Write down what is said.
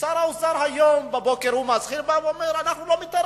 שר האוצר היום בבוקר בא ומצהיר: אנחנו לא מתערבים.